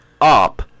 up